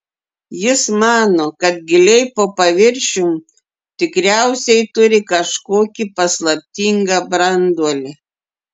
jis mano kad giliai po paviršium tikriausiai turi kažkokį paslaptingą branduolį